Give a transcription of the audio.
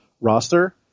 roster